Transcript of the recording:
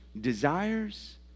desires